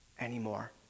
anymore